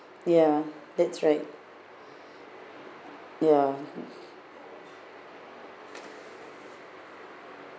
ya that's right ya